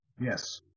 Yes